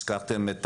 הזכרתם את